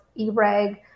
eReg